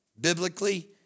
biblically